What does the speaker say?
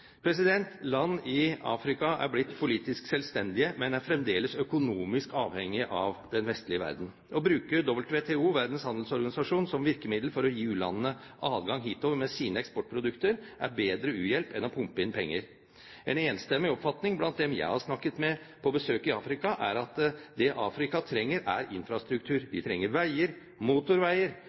Land i Afrika er blitt politisk selvstendige, men er fremdeles økonomisk avhengige av den vestlige verden. Å bruke WTO, Verdens handelsorganisasjon, som virkemiddel for å gi u-landene adgang hitover med sine eksportprodukter er bedre u-hjelp enn å pumpe inn penger. En enstemmig oppfatning blant dem jeg har snakket med på besøk i Afrika, er at det Afrika trenger, er infrastruktur. De trenger veier, motorveier,